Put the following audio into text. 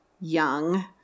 young